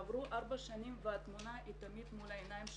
עברו ארבע שנים והתמונה היא תמיד מול העיניים שלי,